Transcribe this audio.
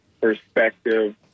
perspective